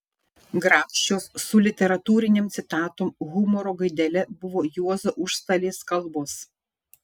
grakščios su literatūrinėm citatom humoro gaidele buvo juozo užstalės kalbos